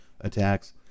attacks